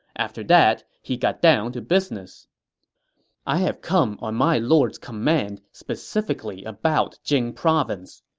after that, he got down to business i have come on my lord's command specifically about jing province.